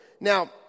Now